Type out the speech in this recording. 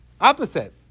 Opposite